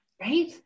right